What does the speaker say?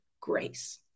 grace